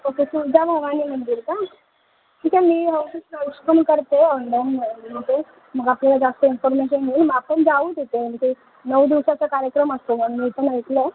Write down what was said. okay Tulja Bhavani मंदिर का ठीक आहे मी करते ऑनलाईन म्हणजे मग आपल्याला जास्त इन्फर्मेशन मिळेल मग आपण जाऊ तिथे आणि ते नऊ दिवसाचा कार्यक्रम असतो ना मी पण ऐकलं आहे